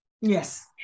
Yes